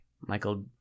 Michael